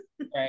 Right